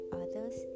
others